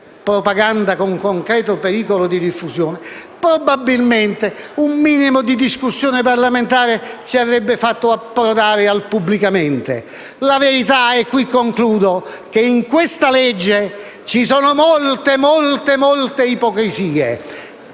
«propaganda con concreto pericolo di diffusione», probabilmente un minimo di discussione parlamentare ci avrebbe fatto approdare al «pubblicamente». La verità è che in questo provvedimento ci sono molte, molte ipocrisie;